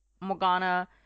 Morgana